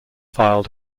file